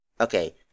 Okay